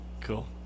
cool